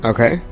Okay